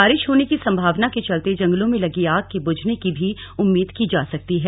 बारिश होने की संभावना के चलते जंगलों में लगी आग के बुझने की भी उम्मीद की जा सकती है